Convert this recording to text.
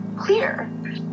clear